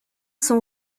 son